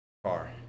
Car